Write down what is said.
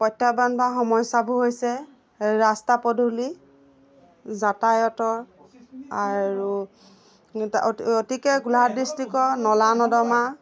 প্ৰত্যাহ্বান বা সমস্যাবোৰ হৈছে ৰাস্তা পদূলি যাতায়তৰ আৰু অতিকৈ গোলাঘাট ডিষ্ট্ৰিকৰ নলা নৰ্দমা